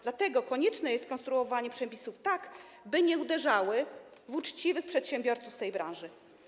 Dlatego konieczne jest skonstruowanie przepisów tak, by nie uderzały w uczciwych przedsiębiorców z tej branży.